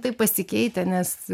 taip pasikeitę nes